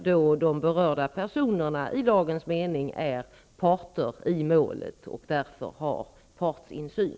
De berörda personerna där är i lagens mening parter i målet och har därför partsinsyn.